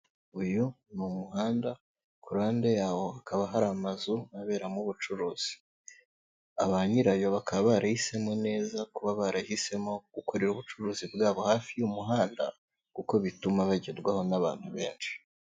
Uyu ni umuhanda ku ruhande yawo hakaba hari amazu aberamo ubucuruzi, abanyirayo bakaba barahisemo neza kuba barahisemo gukorera ubucuruzi bwabo hafi y'umuhanda kuko bituma bagerwaho n'abantu benshi.